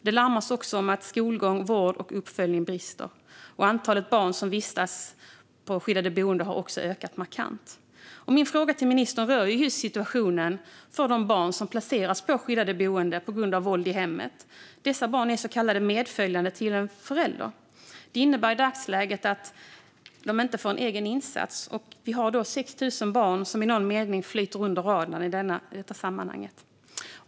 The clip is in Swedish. Det larmas också om att skolgång, vård och uppföljning brister. Antalet barn som vistas på skyddat boende har också ökat markant. Min fråga till ministern rör just situationen för de barn som placeras på skyddat boende på grund av våld i hemmet. Dessa barn är så kallade medföljande till en förälder. Det innebär i dagsläget att de inte får en egen insats. Vi har då 6 000 barn som i någon mening flyger under radarn i detta sammanhang.